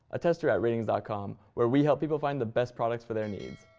a tester at rtings ah com, where we help people find the best products for their needs.